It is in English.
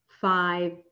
five